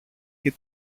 και